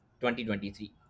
2023